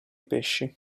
pesci